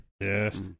Yes